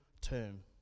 term